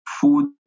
food